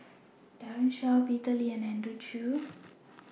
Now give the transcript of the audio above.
Daren Shiau Peter Lee and Andrew Chew